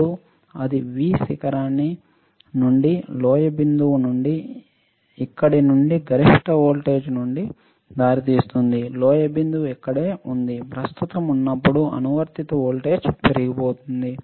ఇప్పుడు అది V శిఖరాన్ని V శిఖరం నుండి లోయ బిందువు నుండి ఇక్కడి నుండి గరిష్ట వోల్టేజ్ నుండి దారి తీస్తుంది లోయ బిందువు ఇక్కడే ఉంది ప్రస్తుతమున్నప్పుడు అనువర్తిత వోల్టేజ్ పడిపోతుంది